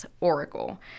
Oracle